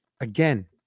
again